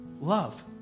love